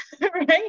right